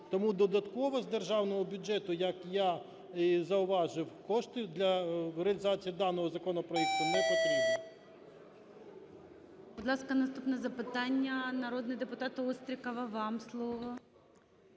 Тому додатково з державного бюджету, як я і зауважив, кошти для реалізації даного законопроекту не потрібні.